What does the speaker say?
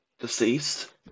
Deceased